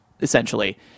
essentially